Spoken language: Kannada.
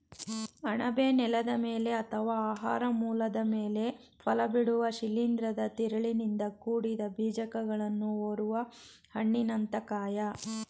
ಅಣಬೆ ನೆಲದ ಮೇಲೆ ಅಥವಾ ಆಹಾರ ಮೂಲದ ಮೇಲೆ ಫಲಬಿಡುವ ಶಿಲೀಂಧ್ರದ ತಿರುಳಿನಿಂದ ಕೂಡಿದ ಬೀಜಕಗಳನ್ನು ಹೊರುವ ಹಣ್ಣಿನಂಥ ಕಾಯ